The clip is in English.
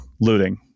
looting